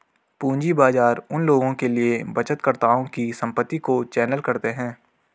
पूंजी बाजार उन लोगों के लिए बचतकर्ताओं की संपत्ति को चैनल करते हैं